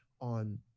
on